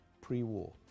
pre-war